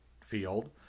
Field